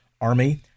army